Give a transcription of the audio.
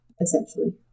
essentially